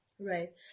Right